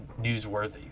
newsworthy